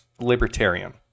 libertarian